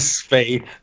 faith